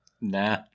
nah